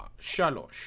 Shalosh